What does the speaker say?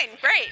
great